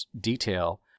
detail